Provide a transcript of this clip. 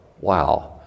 Wow